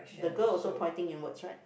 the girl also pointing inwards right